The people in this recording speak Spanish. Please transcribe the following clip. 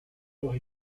los